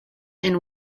and